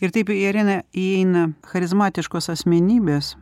ir taip į areną įeina charizmatiškos asmenybės